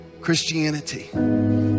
Christianity